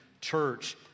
church